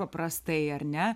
paprastai ar ne